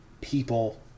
people